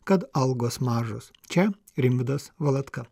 kad algos mažos čia rimvydas valatka